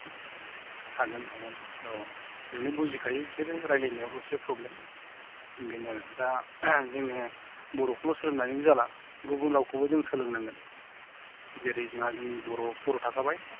हागोन हागोन औ ओरैनो बुजिखायो बिसोरो रायलायनायावल'सो एसे फ्रब्लेम बिनो दा जोङो बर'खौल' सोलोंनानैल' जाला गुबुन रावखौबो जों सोलोंनांगोन जेरै जोंहा जोंनि बर' थाखाबाय